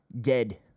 dead